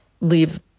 leave